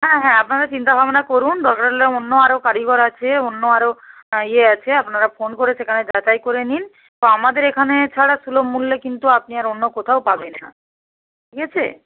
হ্যাঁ হ্যাঁ আপনারা চিন্তা ভাবনা করুন দরকার হলে অন্য আরও কারিগর আছে অন্য আরও ইয়ে আছে আপনারা ফোন করে সেখানে যাচাই করে নিন বা আমাদের এখানে ছাড়া সুলভ মূল্যে কিন্তু আপনি আর অন্য কোথাও পাবেন না ঠিক আছে